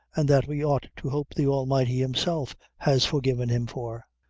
and that we ought to hope the almighty himself has forgiven him for.